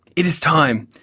it is time!